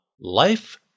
life